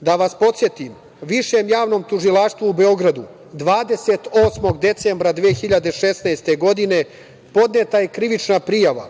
Da vas podsetim, Višem javnom tužilaštvu u Beogradu 28. decembra 2016. godine podneta je krivična prijava